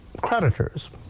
creditors